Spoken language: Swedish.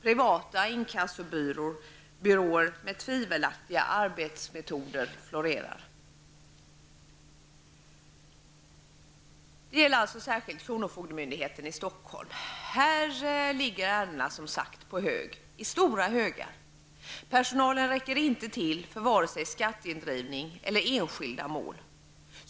Privata inkassobyråer med tvivelaktiga arbetsmetoder florerar. Detta gäller således särskilt kronofogdemyndigheten i Stockholm. Här ligger ärendena som sagt på hög -- i stora högar. Personalen räcker inte till för vare sig skatteindrivning eller enskilda mål.